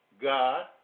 God